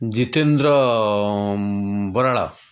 Jitendra Baral